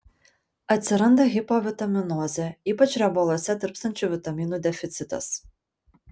atsiranda hipovitaminozė ypač riebaluose tirpstančių vitaminų deficitas